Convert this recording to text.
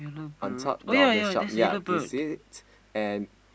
on top of the shop ya do you see it and